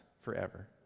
forever